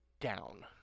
down